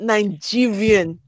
Nigerian